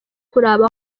kuraba